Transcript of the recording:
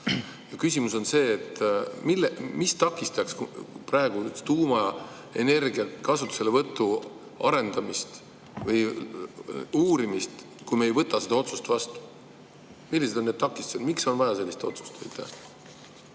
Küsimus on see: mis takistaks praegu tuumaenergia kasutuselevõtu arendamist või uurimist, kui me ei võta seda otsust vastu? Millised on need takistused? Miks on vaja sellist otsust? Aitäh